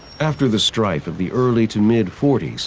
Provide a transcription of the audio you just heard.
after the strife of the early to mid forty s,